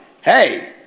hey